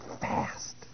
fast